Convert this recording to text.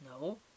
No